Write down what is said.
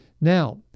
Now